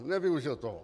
Nevyužil toho.